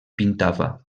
pintava